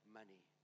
money